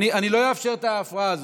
אני לא אאפשר את ההפרעה הזאת.